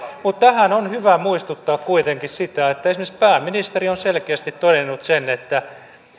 mutta tässä on hyvä muistuttaa kuitenkin siitä että esimerkiksi pääministeri on selkeästi todennut sen että